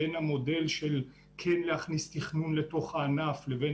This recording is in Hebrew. בין המודל של כן להכניס תכנון לתוך הענף לבין